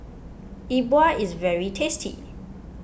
E Bua is very tasty